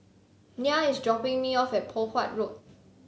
Nyah is dropping me off at Poh Huat Road